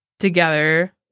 Together